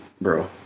bro